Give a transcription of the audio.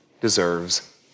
deserves